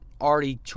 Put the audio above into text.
already